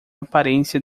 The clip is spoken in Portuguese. aparência